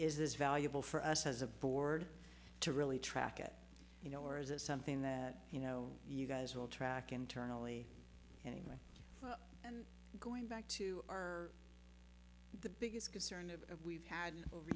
is this valuable for us as a board to really track it you know or is it something that you know you guys will track internally anyway going back to the biggest concern of we've had